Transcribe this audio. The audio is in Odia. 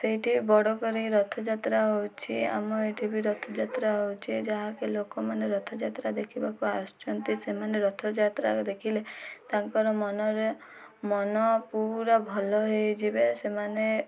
ସେଇଠି ବଡ଼ କରି ରଥଯାତ୍ରା ହେଉଛି ଆମ ଏଇଠି ବି ରଥଯାତ୍ରା ହେଉଛି ଯାହାକି ଲୋକମାନେ ରଥଯାତ୍ରା ଦେଖିବାକୁ ଆସୁଛନ୍ତି ସେମାନେ ରଥଯାତ୍ରା ଦେଖିଲେ ତାଙ୍କର ମନରେ ମନ ପୁରା ଭଲ ହୋଇଯିବେ ସେମାନେ